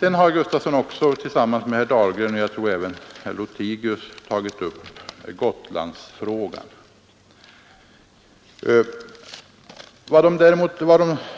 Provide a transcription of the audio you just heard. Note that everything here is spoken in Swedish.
Sedan har herr Gustafson också tillsammans med herr Dahlgren — och jag tror även herr Lothigius — tagit upp Gotlandsfrågan. De